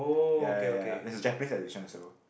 ya ya ya there's a Japanese edition also